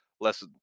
less